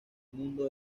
mundo